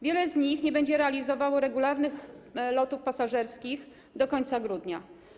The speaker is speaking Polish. Wiele z nich nie będzie realizowało regularnych lotów pasażerskich do końca grudnia.